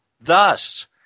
Thus